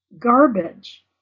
garbage